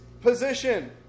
position